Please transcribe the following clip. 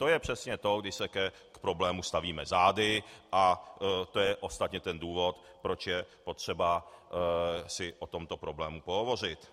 To je přesně to, když se k problému stavíme zády, a to je ostatně důvod, proč je potřeba si o tomto problému pohovořit.